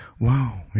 Wow